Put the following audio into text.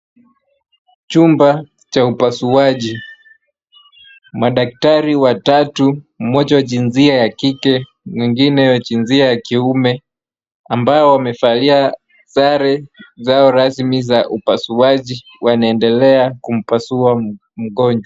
Chumba cha upasuaji. Madaktari watatu, moja wa jinsia ya kike, mwengine wa jinsia ya kiume ambayo wamevalia sare zao rasmi za upasuaji wanaendelea kumpasua mgonjwa.